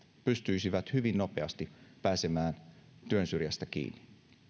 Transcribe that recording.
pystyisivät hyvin nopeasti pääsemään työn syrjään kiinni